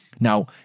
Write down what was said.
Now